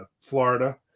Florida